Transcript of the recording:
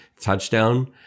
touchdown